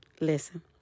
listen